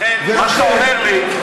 לכן מה שאתה אומר לי,